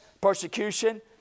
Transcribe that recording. persecution